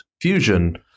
fusion